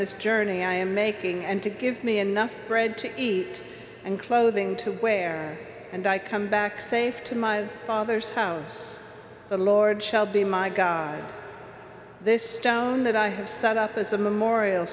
this journey i am making and to give me enough bread to eat and clothing to wear and i come back safe to my father's house the lord shall be my god this stone that i have set up as a memorial